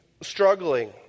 struggling